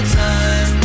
time